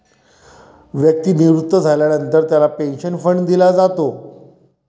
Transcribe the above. व्यक्ती निवृत्त झाल्यानंतर त्याला पेन्शन फंड दिला जातो